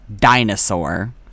dinosaur